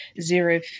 zero